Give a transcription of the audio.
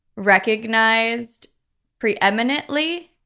recognized pre-eminently.